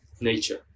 nature